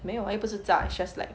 没有 leh 不是炸 it's just like